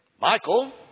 Michael